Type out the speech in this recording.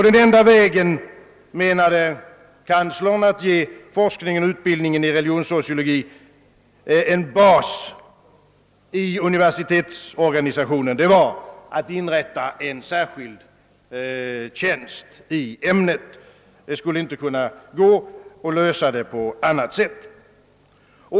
Den enda vägen, menar universitetskanslern, att ge forskningen och utbildningen i religionssociologi en bas i universitetsorganisationen var att inrätta en särskild tjänst i ämnet. Det skulle inte kunna gå att ordna det på annat sätt.